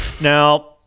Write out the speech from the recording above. Now